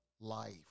life